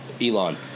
Elon